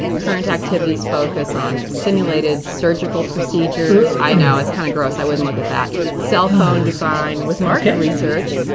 current activities focus on simulated surgical procedures. ugh. i know, it's kind of gross. i wouldn't look at that. cell phone design with market research.